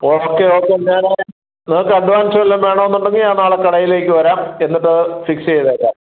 okay okay ഞാൻ നിങ്ങൾക്ക് advance വല്ലതും വേണം എന്നുണ്ടെങ്കിൽ ഞാൻ നാളെ കടയിലേക്ക് വരാം എന്നിട്ട് ഫിക്സ് ചെയ്തേക്കാം